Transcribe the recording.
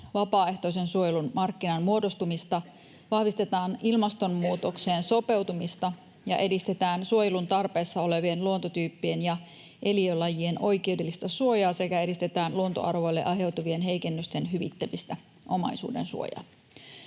vapaaehtoisen suojelun markkinan muodostumista, vahvistetaan ilmastonmuutokseen sopeutumista ja edistetään suojelun tarpeessa olevien luontotyyppien ja eliölajien oikeudellista suojaa sekä edistetään luontoarvoille aiheutuvien heikennysten hyvittämistä omaisuudensuojaan.